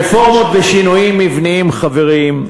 רפורמות ושינויים מבניים, חברים,